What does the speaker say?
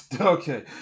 Okay